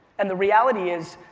and the reality is,